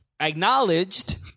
Acknowledged